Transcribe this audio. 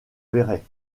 verrait